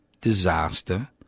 disaster